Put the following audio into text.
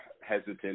hesitant